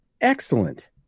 Excellent